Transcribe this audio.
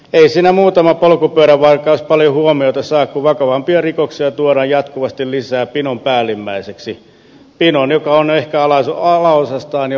ei siinä muutama polkupyörävarkaus paljon huomiota saa kun vakavampia rikoksia tuodaan jatkuvasti lisää pinon päällimmäiseksi pinon joka on ehkä alaosastaan jo homeessa